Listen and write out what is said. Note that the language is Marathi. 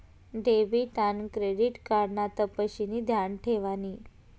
डेबिट आन क्रेडिट कार्ड ना तपशिनी ध्यान ठेवानी